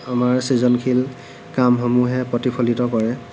আমাৰ সৃজনশীল কামসমূহে প্ৰতিফলিত কৰে